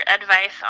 advice